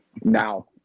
now